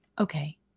okay